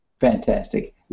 Fantastic